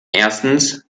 erstens